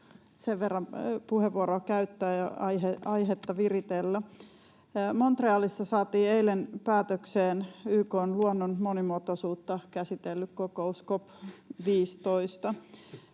voi puheenvuoron käyttää ja aihetta viritellä. Montrealissa saatiin eilen päätökseen YK:n luonnon monimuotoisuutta käsitellyt kokous COP 15,